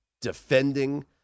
defending